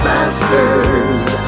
Masters